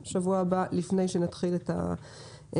בשבוע הבא נקיים ישיבת המשך,